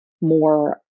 more